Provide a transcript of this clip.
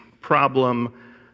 problem